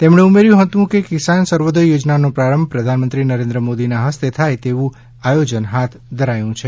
તેમણે ઉમેર્યું હતું કે કિસાન સૂર્યોદય યોજનાનો પ્રારંભ પ્રધાનમંત્રી નરેન્દ્ર મોદીના હસ્તે થાય તેવું આયોજન હાથ ધરાયું છે